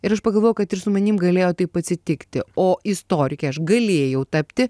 ir aš pagalvojau kad ir su manim galėjo taip atsitikti o istorikė aš galėjau tapti